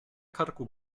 karku